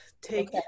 take